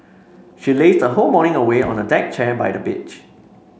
she lazed her whole morning away on a deck chair by the beach